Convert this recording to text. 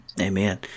Amen